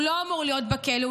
הוא לא אמור להיות בכלא.